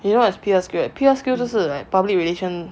you know what is P_R skills right P_R skill 就是 like public relation